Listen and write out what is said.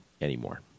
anymore